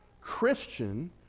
Christian